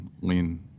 lean